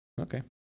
Okay